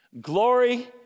glory